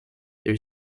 there